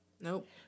Nope